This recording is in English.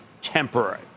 temporary